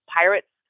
pirates